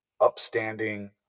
upstanding